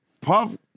Puff